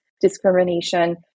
discrimination